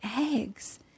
eggs